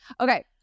okay